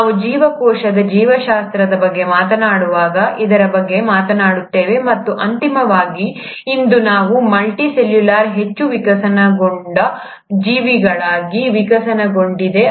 ನಾವು ಜೀವಕೋಶದ ಜೀವಶಾಸ್ತ್ರದ ಬಗ್ಗೆ ಮಾತನಾಡುವಾಗ ಇದರ ಬಗ್ಗೆ ಮಾತನಾಡುತ್ತೇವೆ ಮತ್ತು ಅಂತಿಮವಾಗಿ ಇಂದು ನಾವು ಮಲ್ಟಿ ಸೆಲ್ಯುಲರ್ ಹೆಚ್ಚು ವಿಕಸನಗೊಂಡ ಜೀವಿಗಳಾಗಿ ವಿಕಸನಗೊಂಡಿದ್ದೇವೆ